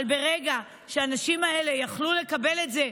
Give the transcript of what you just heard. אבל ברגע שהאנשים האלה יכלו לקבל את זה,